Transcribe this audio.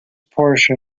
portion